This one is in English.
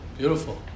beautiful